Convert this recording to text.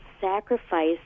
sacrifice